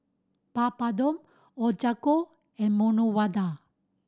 Papadum Ochazuke and Medu Vada